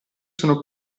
sono